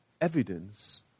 evidence